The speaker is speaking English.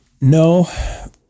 No